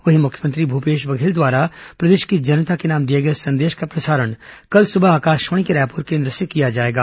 वहीं मुख्यमंत्री भूपेश बघेल द्वारा प्रदेश की जनता के नाम दिए गए संदेश का प्रसारण कल सुबह आकाशवाणी के रायपुर केन्द्र से किया जाएगा